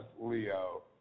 Leo